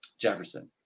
Jefferson